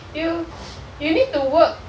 you you need to work